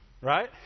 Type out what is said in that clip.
right